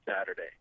Saturday